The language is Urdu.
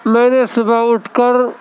میں نے صبح اٹھ کر